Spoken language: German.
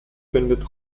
findet